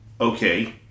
okay